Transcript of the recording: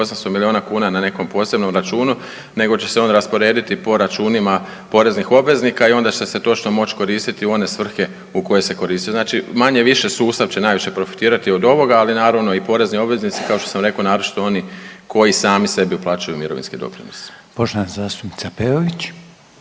800 milijuna kuna na nekom posebnom računu nego će se on rasporediti po računima poreznih obveznika i onda će se točno moć koristiti u one svrhe u koje se koristio. Znači manje-više sustav će najviše profitirati od ovoga, ali naravno i porezni obveznici kao što sam rekao, naročito oni koji sami sebi uplaćuju mirovinske doprinose. **Reiner, Željko